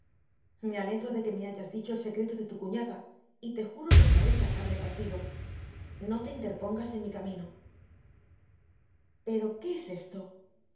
me alegro de que me hayas dicho el secreto de tu cuñada y te juro que sabré sacarle partido no te interpongas en mi camino pero qué es esto